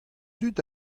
dud